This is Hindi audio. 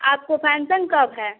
आपको फंक्सन कब है